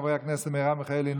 חברי הכנסת מרב מיכאלי,